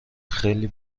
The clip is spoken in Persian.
خیلی